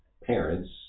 parents